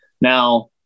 Now